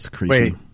Wait